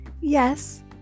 Yes